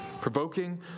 Provoking